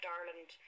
Ireland